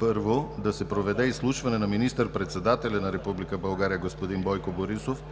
1. Да се проведе изслушване на министър-председателя на Република България господин Бойко Борисов